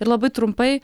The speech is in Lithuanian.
ir labai trumpai